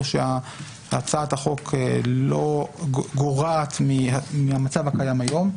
שהצעת החוק לא גורעת מהמצב הקיים היום,